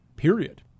period